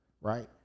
Right